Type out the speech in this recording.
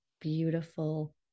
beautiful